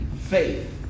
faith